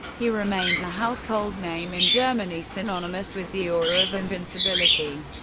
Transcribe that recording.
he remained a household name in germany, synonymous with the aura of invincibility.